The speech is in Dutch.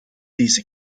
deze